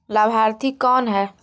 लाभार्थी कौन है?